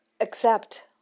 accept